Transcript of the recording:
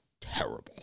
terrible